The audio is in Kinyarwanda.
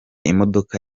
imodoka